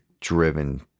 driven